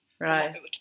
Right